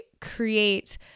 create